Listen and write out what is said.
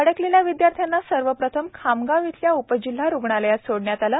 अडकलेल्या विदयार्थ्यांना सर्वप्रथम खामगाव येथील उपजिल्हा रुग्णालयात सोडण्यात आले